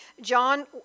John